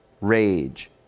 rage